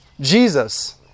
Jesus